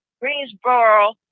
Greensboro